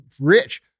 rich